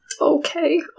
Okay